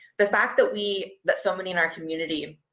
the fact that we, that so many in our community,